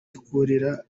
ikorera